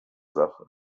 sache